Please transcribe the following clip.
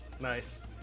Nice